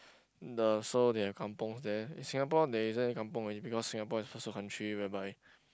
the so they have kampungs there in Singapore there isn't kampung already because Singapore is first world country whereby